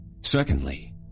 Secondly